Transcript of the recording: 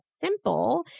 simple